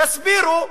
יסבירו שם,